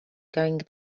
going